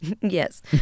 Yes